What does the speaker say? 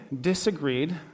disagreed